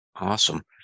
Awesome